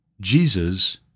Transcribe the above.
Jesus